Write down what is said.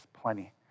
plenty